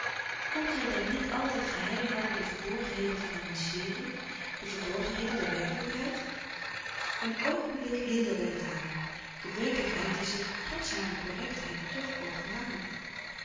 kon zij dan niet altijd geheim houden de verborgenheden van haar mysterie de verborgenheden der werkelijkheid een oogenblik hinderde het haar de werkelijkheid die zich trots hare correctheid toch openbaarde